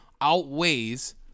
Outweighs